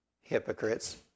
hypocrites